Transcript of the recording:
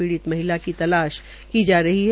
पीडि़त महिला की तलाश की जा रही है